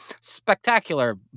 spectacular